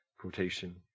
quotation